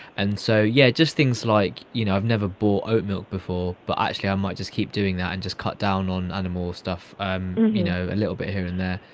and so yeah just things like you know i've never bought oat milk before but actually i um might just keep doing that and just cut down on animal stuff you know, a little bit here and there.